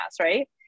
right